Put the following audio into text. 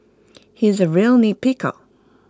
he is A real nitpicker